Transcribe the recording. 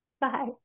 Bye